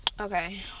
Okay